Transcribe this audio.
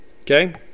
Okay